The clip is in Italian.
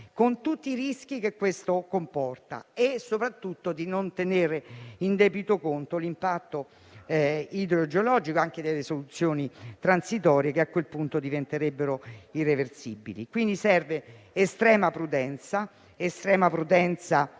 con tutti i rischi che ciò comporta, e soprattutto di non tenere in debito conto l'impatto idrogeologico anche delle soluzioni transitorie, che a quel punto diventerebbero irreversibili. Servono quindi estrema prudenza